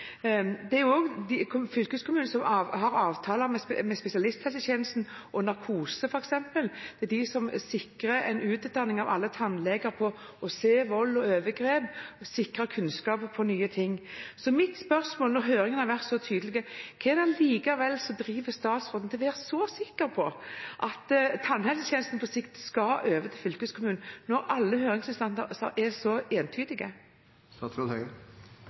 Det er jo også fylkeskommunene som har avtaler med spesialisthelsetjenesten om f.eks. narkose, og det er de som sikrer en utdanning for alle tannleger på det å se vold og overgrep, og sikrer kunnskap om nye ting. Så mitt spørsmål under høringen har vært tydelig: Hva er det som likevel gjør at statsråden er så sikker på at tannhelsetjenesten på sikt skal over til fylkeskommunene, når alle høringsinstanser er så